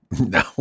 no